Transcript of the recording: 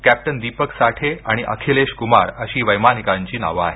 captain Deepak Sathe आणि अखिलेशकुमार अशी वैमानिकांची नावं आहेत